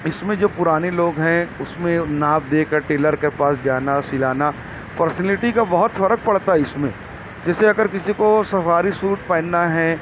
اس میں جو پرانے لوگ ہیں اس میں ناپ دے کر ٹیلر کے پاس جانا سلانا پرسنلٹی کا بہت فرق پڑتا ہے اس میں جس سے اگر کسی کو سفاری سوٹ پہننا ہے